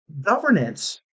governance